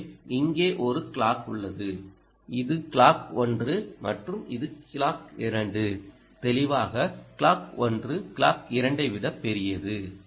எனவே இங்கே ஒரு க்ளாக் உள்ளது இது க்ளாக் 1 மற்றும் இது க்ளாக் 2 தெளிவாக க்ளாக் 1 க்ளாக் 2 ஐ விட பெரியது